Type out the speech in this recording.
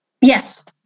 Yes